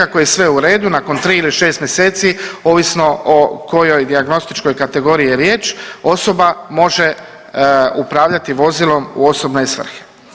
Ako je sve u redu nakon tri ili šest mjeseci ovisno o kojoj dijagnostičkoj kategoriji je riječ osoba može upravljati vozilom u osobne svrhe.